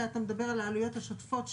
אלא אתה מדבר על העלויות השוטפות שיהיו,